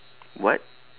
what